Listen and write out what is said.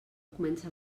comença